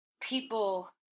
people